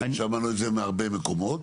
שמענו את זה מהרבה מקומות.